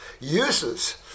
uses